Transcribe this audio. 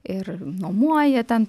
ir nuomuoja ten